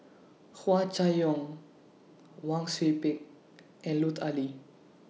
Hua Chai Yong Wang Sui Pick and Lut Ali